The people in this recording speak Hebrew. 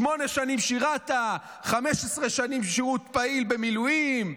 שמונה שנים שירת, 15 שנים שירות פעיל במילואים.